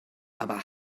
aber